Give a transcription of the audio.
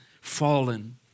fallen